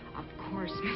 course,